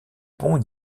pont